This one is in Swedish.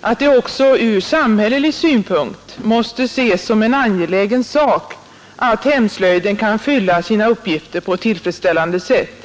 att det också ur samhällelig synpunkt måste ses som en angelägen sak att hemslöjden kan fylla sina uppgifter på ett tillfredsställande sätt.